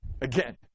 Again